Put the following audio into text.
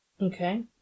Okay